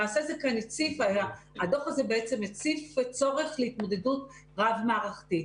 למעשה, הדוח הזה הציף צורך להתמודדות רב-מערכתית.